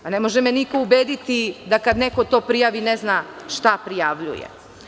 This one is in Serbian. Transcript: Ne može me niko ubediti da kad neko to prijavi ne zna šta prijavljuje.